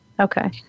Okay